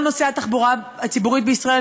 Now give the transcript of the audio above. כל נושא התחבורה הציבורית בישראל,